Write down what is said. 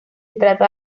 trata